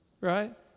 right